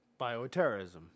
Bioterrorism